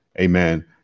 amen